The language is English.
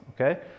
okay